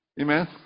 Amen